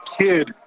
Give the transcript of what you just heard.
kid